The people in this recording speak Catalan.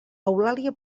eulàlia